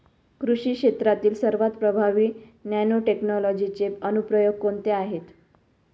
कृषी क्षेत्रातील सर्वात प्रभावी नॅनोटेक्नॉलॉजीचे अनुप्रयोग कोणते आहेत?